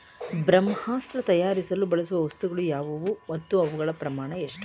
ಬ್ರಹ್ಮಾಸ್ತ್ರ ತಯಾರಿಸಲು ಬಳಸುವ ವಸ್ತುಗಳು ಯಾವುವು ಮತ್ತು ಅವುಗಳ ಪ್ರಮಾಣ ಎಷ್ಟು?